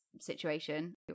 situation